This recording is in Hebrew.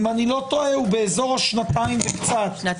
אם אני לא טועה הוא בסביבות השנתיים וחצי.